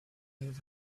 have